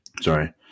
Sorry